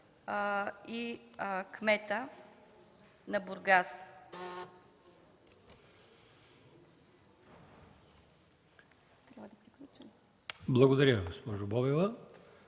и кмета на Бургас.